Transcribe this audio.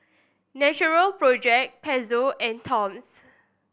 Natural Project Pezzo and Toms